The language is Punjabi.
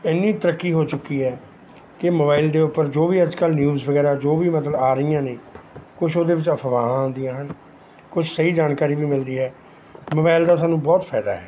ਇਨੀ ਤਰੱਕੀ ਹੋ ਚੁੱਕੀ ਹੈ ਕਿ ਮੋਬਾਇਲ ਦੇ ਉਪਰ ਜੋ ਵੀ ਅੱਜ ਕੱਲ੍ਹ ਨਿਊਜ਼ ਵਗੈਰਾ ਜੋ ਵੀ ਮਤਲਬ ਆ ਰਹੀਆਂ ਨੇ ਕੁਛ ਉਹਦੇ ਵਿੱਚ ਅਫਵਾਹਾਂ ਆਉਂਦੀਆਂ ਹਨ ਕੁਝ ਸਹੀ ਜਾਣਕਾਰੀ ਵੀ ਮਿਲਦੀ ਹੈ ਮੋਬਾਈਲ ਦਾ ਸਾਨੂੰ ਬਹੁਤ ਫਾਇਦਾ